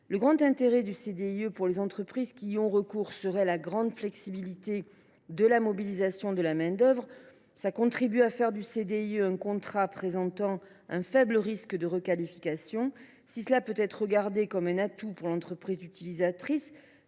Le grand intérêt du CDIE pour les entreprises qui y ont recours serait la grande flexibilité de la mobilisation de la main d’œuvre. Cela contribue à faire du CDIE un contrat présentant un faible risque de requalification. Si l’on peut y voir un atout pour l’entreprise utilisatrice,